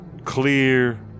clear